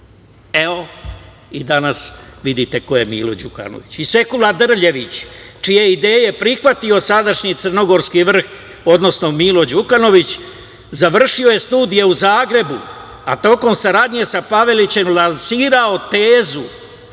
Evo, i danas vidite ko je Milo Đukanović. Sekula Drljević, čije ideje je prihvatio sadašnji crnogorski vrh, odnosno Milo Đukanović, završio je studije u Zagrebu, a tokom saradnje sa Pavelićem, lansirao tezu